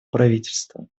правительства